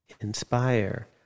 inspire